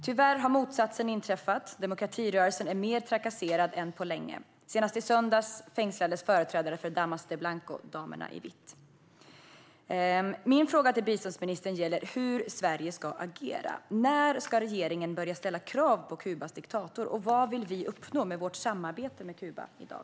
Tyvärr har motsatsen inträffat. Demokratirörelsen är mer trakasserad än på länge. Senast i söndags fängslades företrädare för Damas de Blanco - damerna i vitt. Min fråga till biståndsministern gäller hur Sverige ska agera. När ska regeringen börja ställa krav på Kubas diktator, och vad vill vi uppnå med vårt samarbete med Kuba i dag?